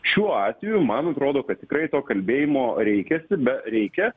šiuo atveju man atrodo kad tikrai to kalbėjimo reikiasi reikia